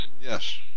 Yes